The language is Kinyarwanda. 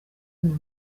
numva